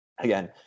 again